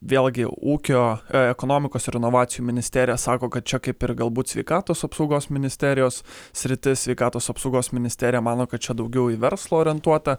vėlgi ūkio ekonomikos ir inovacijų ministerija sako kad čia kaip ir galbūt sveikatos apsaugos ministerijos sritis sveikatos apsaugos ministerija mano kad čia daugiau į verslą orientuota